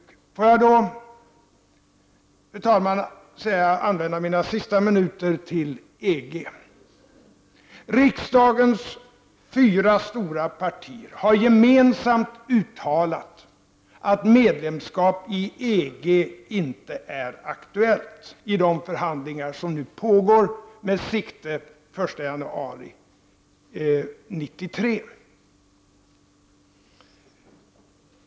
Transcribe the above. Låt mig så, fru talman, använda de sista minuterna av min taletid åt EG. Riksdagens fyra partier har gemensamt uttalat att medlemskap i EG inte är aktuellt i de förhandlingar som nu pågår med sikte på den 1 januari 1993.